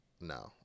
no